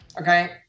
Okay